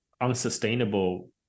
unsustainable